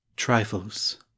trifles